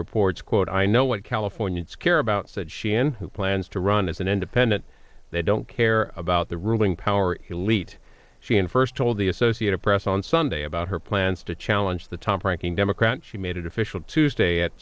reports quote i know what californians care about said sheehan who plans to run as an independent they don't care about the ruling power elite she in first told the associated press on sunday about her plans to challenge the top ranking democrat she made it official tuesday at